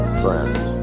friend